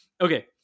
Okay